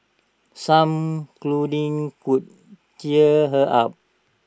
some cuddling could cheer her up